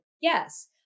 yes